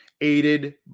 aided